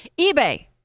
eBay